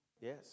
yes